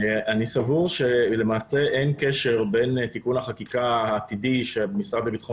אני סבור שלמעשה אין קשר בין תיקון החקיקה העתידי שהמשרד לבטחון